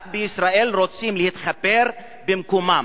רק בישראל רוצים להתחפר במקומם.